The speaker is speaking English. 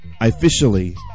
Officially